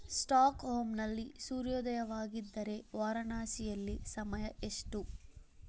ಸ್ಟಾಕ್ಹೋಮ್ನಲ್ಲಿ ಸೂರ್ಯೋದಯವಾಗಿದ್ದರೆ ವಾರಣಾಸಿಯಲ್ಲಿ ಸಮಯ ಎಷ್ಟು